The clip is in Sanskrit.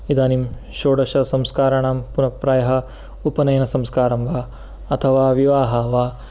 इदानीं षोडषसंस्काराणां पुनः प्रायः उपनयनसंस्कारं वा अथवा विवाहः वा